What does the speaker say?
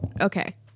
Okay